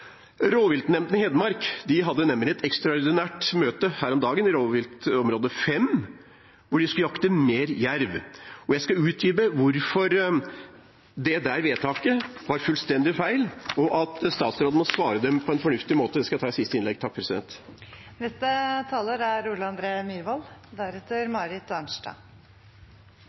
i Hedmark hadde nemlig et ekstraordinært møte her om dagen, om rovvilt i region 5, hvor de skulle jakte på flere jerver. Jeg skal utdype hvorfor dette vedtaket var fullstendig feil – og at statsråden må svare dem på en fornuftig måte – i mitt siste minuttinnlegg. La meg få rette opp litt fra i stad – jeg vil understreke det. Jeg skal